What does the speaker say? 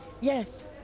Yes